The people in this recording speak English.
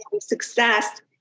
success